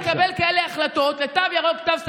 קל מאוד לקבל כאלה החלטות על תו ירוק, תו סגול,